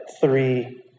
three